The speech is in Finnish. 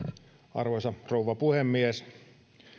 arvoisa rouva puhemies